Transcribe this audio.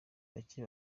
bake